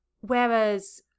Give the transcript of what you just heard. Whereas